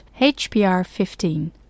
HBR15